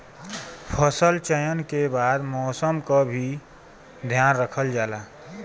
फसल चयन के बाद मौसम क भी ध्यान रखल जाला